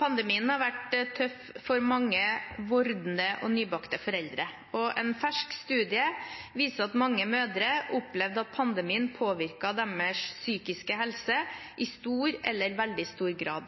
Pandemien har vært tøff for mange vordende og nybakte foreldre. En fersk studie viser at mange mødre opplevde at pandemien påvirket deres psykiske helse i stor eller veldig stor grad.